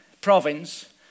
province